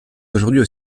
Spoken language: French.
aujourd’hui